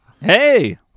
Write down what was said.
Hey